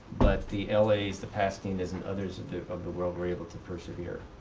but the l a s, the pasadena's and others of of the world were able to persevere.